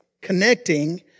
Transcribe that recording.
connecting